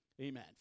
Amen